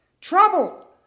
Trouble